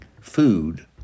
food